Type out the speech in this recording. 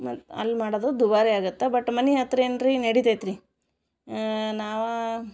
ಮನೆ ಅಲ್ಲಿ ಮಾಡೋದು ದುಬಾರಿ ಆಗತ್ತೆ ಬಟ್ ಮನೆ ಹತ್ತಿರ ಏನು ರೀ ನೆಡಿತೈತೆ ರೀ ನಾವೇ